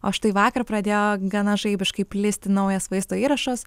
o štai vakar pradėjo gana žaibiškai plisti naujas vaizdo įrašas